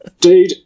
Dude